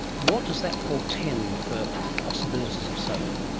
what does that portend for the possibilities of solar?